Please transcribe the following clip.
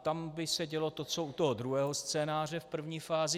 Tam by se dělo to, co u toho druhého scénáře v první fázi.